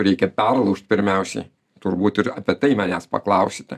reikia perlaužt pirmiausiai turbūt ir apie tai manęs paklausite